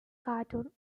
cartoon